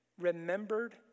remembered